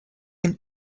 can